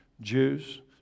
Jews